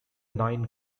nine